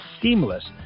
seamless